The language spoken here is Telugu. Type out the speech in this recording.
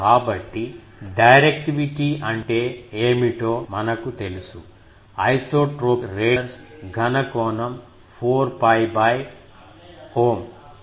కాబట్టి డైరెక్టివిటీ అంటే ఏమిటో మనకు తెలుసు ఐసోట్రోపిక్ రేడియేటర్స్ ఘన కోణం 4 𝜋